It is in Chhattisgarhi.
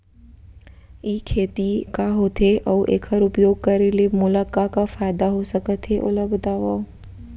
ई खेती का होथे, अऊ एखर उपयोग करे ले मोला का का फायदा हो सकत हे ओला बतावव?